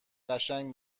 قشنگ